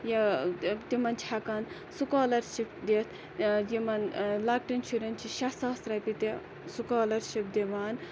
تِمَن چھِ ہیٚکان سُکولَرشِپ دِتھ یِمَن لۄکٹٮ۪ن شُرٮ۪ن چھِ شے ساس رۄپیہِ تہِ سُکولَرشِپ دِوان